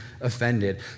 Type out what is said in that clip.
offended